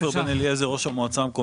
כבוד יושב ראש הוועדה,